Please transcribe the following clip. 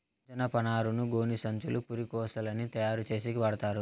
జనపనారను గోనిసంచులు, పురికొసలని తయారు చేసేకి వాడతారు